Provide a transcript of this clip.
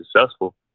successful